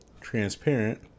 transparent